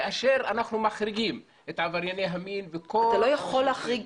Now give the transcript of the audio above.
כאשר אנחנו מחריגים את עברייני המין וכל --- אתה לא יכול להחריג.